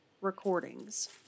recordings